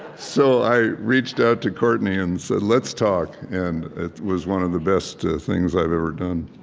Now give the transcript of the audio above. so i reached out to courtney and said, let's talk. and it was one of the best things i've ever done